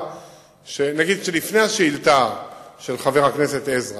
לפני השאילתא של חבר הכנסת עזרא